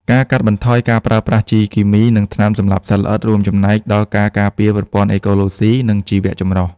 ការកាត់បន្ថយការប្រើប្រាស់ជីគីមី និងថ្នាំសម្លាប់សត្វល្អិត រួមចំណែកដល់ការការពារប្រព័ន្ធអេកូឡូស៊ី និងជីវចម្រុះ។